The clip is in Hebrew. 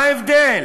מה ההבדל?